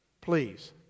Please